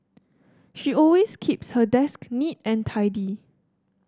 she always keeps her desk neat and tidy